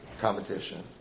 competition